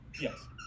yes